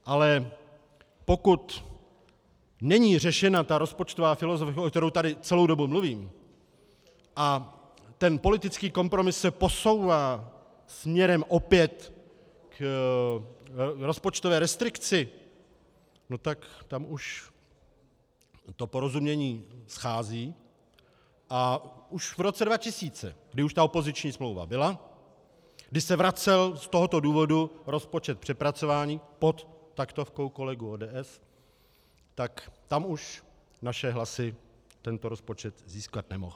Ale pokud není řešena rozpočtová filozofie, o které tady celou dobu mluvím, a politický kompromis se posouvá směrem opět k rozpočtové restrikci, tak tam už porozumění schází, a už v roce 2000, kdy už opoziční smlouva byla, kdy se vracel z tohoto důvodu rozpočet k přepracování pod taktovkou kolegů z ODS, tam už naše hlasy tento rozpočet získat nemohl.